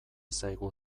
zaigu